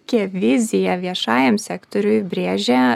kiek vizija viešajam sektoriui brėžia